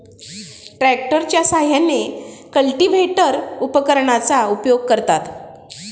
ट्रॅक्टरच्या साहाय्याने कल्टिव्हेटर उपकरणाचा उपयोग करतात